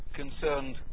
concerned